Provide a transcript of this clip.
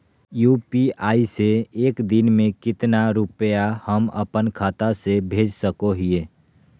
UPI से एक दिन में कितना रुपैया हम अपन खाता से भेज सको हियय?